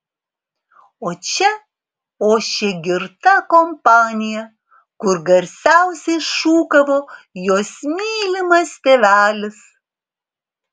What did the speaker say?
o čia ošė girta kompanija kur garsiausiai šūkavo jos mylimas tėvelis